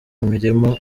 mirima